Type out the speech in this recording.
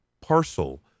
parcel